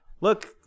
look